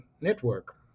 network